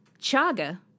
Chaga